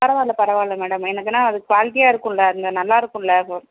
பரவாயில்ல பரவாயில்ல மேடம் எனக்கு என்ன அது குவாலிட்டியாக இருக்கும்ல அந்த நல்லா இருக்கும்ல அது